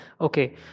Okay